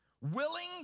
willing